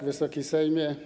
Wysoki Sejmie!